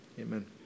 Amen